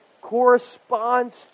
corresponds